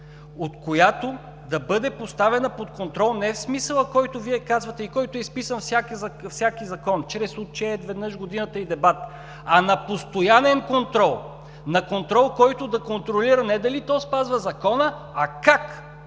която да бъде поставена под контрол – не в смисъла, който казвате и който е изписан всеки закон – чрез отчет, веднъж в годината и дебат, а на постоянен контрол, на контрол, който да контролира не дали то спазва закона, а как